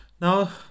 Now